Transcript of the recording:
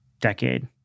decade